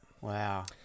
Wow